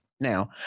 Now